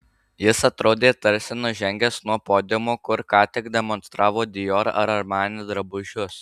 jis atrodė tarsi nužengęs nuo podiumo kur ką tik demonstravo dior ar armani drabužius